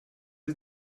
sie